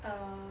a